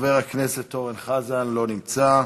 חבר הכנסת אורן חזן, לא נמצא,